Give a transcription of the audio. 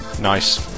Nice